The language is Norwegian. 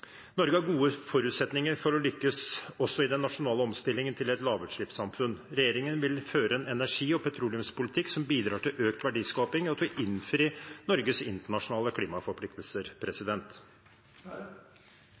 Norge har gode forutsetninger for å lykkes, også i den nasjonale omstillingen til et lavutslippssamfunn. Regjeringen vil føre en energi- og petroleumspolitikk som bidrar til økt verdiskaping og til å innfri Norges internasjonale klimaforpliktelser.